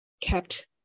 kept